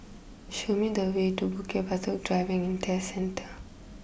show me the way to Bukit Batok Driving and Test Centre